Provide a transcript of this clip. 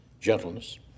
gentleness